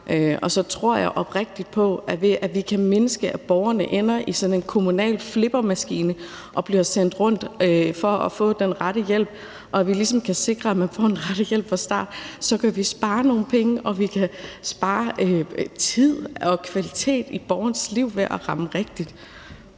Og så tror jeg oprigtigt på, at vi ved at mindske, at borgerne ender i sådan en kommunal flippermaskine og bliver sendt rundt for at få den rette hjælp, og at vi ved ligesom at sikre, at man får den rette hjælp fra start, kan spare nogle penge; og vi kan spare tid og få kvalitet i borgerens liv ved at ramme rigtigt.